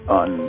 on